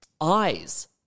Eyes